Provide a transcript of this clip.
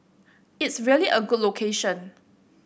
it's really a good location